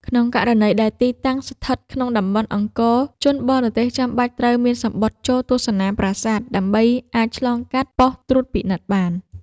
ក្នុងករណីដែលទីតាំងស្ថិតក្នុងតំបន់អង្គរ ជនបរទេសចាំបាច់ត្រូវមានសំបុត្រចូលទស្សនាប្រាសាទ ដើម្បីអាចឆ្លងកាត់ប៉ុស្តិ៍ត្រួតពិនិត្យបាន។